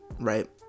right